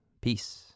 Peace